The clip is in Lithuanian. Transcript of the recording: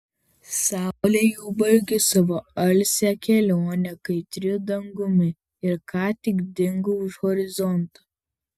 saulė jau baigė savo alsią kelionę kaitriu dangumi ir ką tik dingo už horizonto